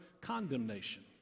condemnation